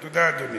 תודה, אדוני.